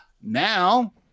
Now